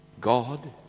God